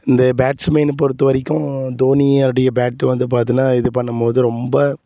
இந்த பேட்ஸ்மேன் பொறுத்த வரைக்கும் தோனி அடிக்கிற பேட் வந்து பார்த்தினா இது பண்ணும் போது ரொம்ப